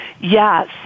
Yes